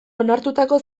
onartutako